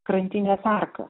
krantinės arka